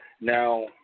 Now